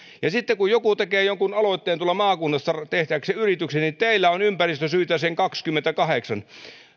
ja sitten kun joku tekee jonkun aloitteen tuolla maakunnassa tehdäkseen yrityksen niin teillä on ympäristösyitä sen kaksikymmentäkahdeksan